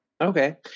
okay